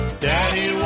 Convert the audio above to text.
Daddy